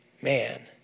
Man